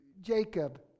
Jacob